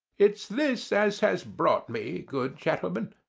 it's this as has brought me, good gentlemen,